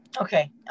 Okay